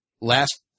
Last